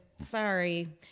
Sorry